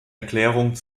erklärung